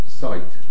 site